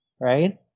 right